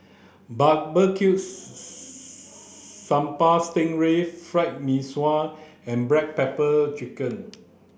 barbecue sambal sting ray fried Mee Sua and black pepper chicken